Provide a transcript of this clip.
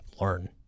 learn